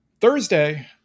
Thursday